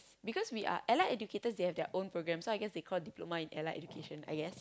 because we are Allied-Educators they have their program so I guess they call diploma in Allied-Education I guess